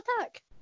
attack